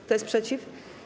Kto jest przeciw?